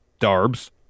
Darbs